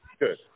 Good